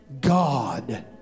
God